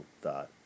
thought